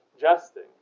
jesting